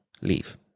leave